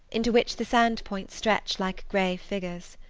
into which the sand-points stretch like grey fingers.